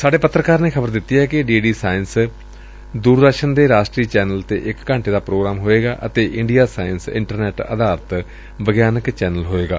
ਸਾਡੇ ਪੱਤਰਕਾਰ ਨੇ ਖ਼ਬਰ ਦਿੱਤੀ ਏ ਕਿ ਡੀ ਸਾਇਸ ਦੂਰਦਰਸਨ ਦੇ ਰਾਸਟਰੀ ਚੈਨਲ ਤੇ ਇਕ ਘੰਟੇ ਦਾ ਪ੍ਰੋਗਰਾਮ ਹੋਵੇਗਾ ਅਤੇ ਇੰਡੀਆ ਸਾਇੰਸ ਇੰਟਰਨੈੱਟ ਅਧਾਰਤ ਵਿਗਿਆਨਕ ਚੈਨਲ ਹੋਵੇਗਾ